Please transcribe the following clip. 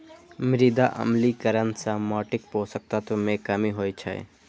मृदा अम्लीकरण सं माटिक पोषक तत्व मे कमी होइ छै